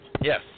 Yes